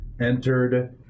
entered